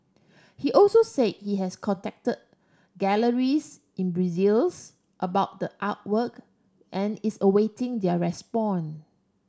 he also said he has contacted galleries in Brussels about the artwork and is awaiting their respond